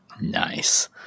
nice